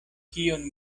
kion